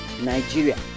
Nigeria